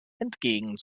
entgegen